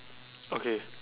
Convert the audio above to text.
okay